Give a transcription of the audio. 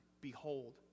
Behold